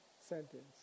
sentence